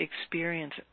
experience